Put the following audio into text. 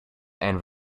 and